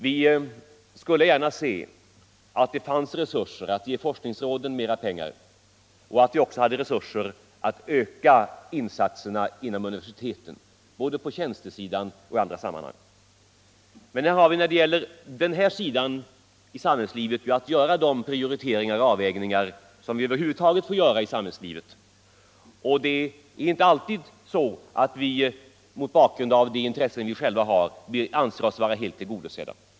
Vi skulle gärna se att det — forskningsverksamfanns resurser att ge forskningsråden mera pengar och att vi också hade = heten resurser att öka insatserna inom universiteten, både på tjänstesidan och i andra sammanhang. Men när det gäller denna sektor av samhällslivet har vi att göra de prioriteringar och avvägningar som man över huvud taget måste göra i samhället.